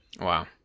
Wow